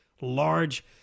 large